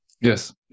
Yes